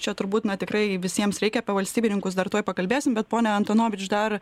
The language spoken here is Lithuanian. čia turbūt na tikrai visiems reikia apie valstybininkus dar tuoj pakalbėsim bet pone antonovič dar